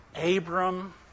Abram